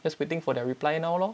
just waiting for their reply now lor